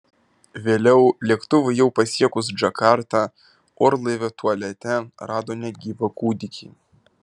vėliau lėktuvui jau pasiekus džakartą orlaivio tualete rado negyvą kūdikį